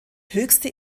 höchste